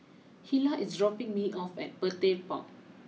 Hilah is dropping me off at Petir Park